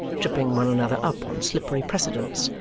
tripping one another up on slippery precedents,